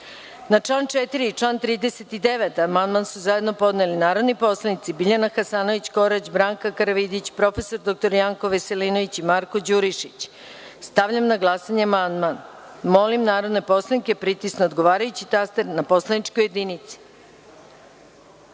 član 4. i član 39. amandman su zajedno podneli narodni poslanici Biljana Hasanović – Korać, Branka Karavidić, prof. dr Janko Veselinović i Marko Đurišić. Stavljam na glasanje amandman. Molim narodne poslanike da pritisnu odgovarajući taster na poslaničkoj